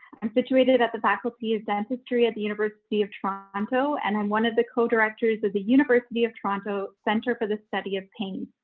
and situated at the faculty is dentistry at the university of toronto, and i'm one of the co-directors of the university of toronto center for the study of pain.